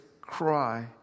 cry